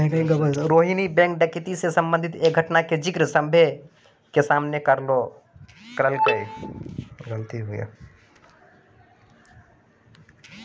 Rohini bank डकैती से संबंधित एक घटना के जिक्र सभ्भे के सामने करलकै